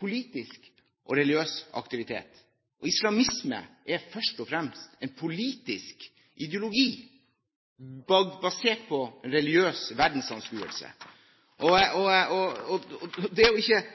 politisk og religiøs aktivitet. Islamisme er først og fremst en politisk ideologi basert på en religiøs verdensanskuelse. Det å ikke se den problemstillingen at personer med innvandrerbakgrunn, at andregenerasjon vokser opp i dag og